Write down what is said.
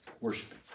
worshiping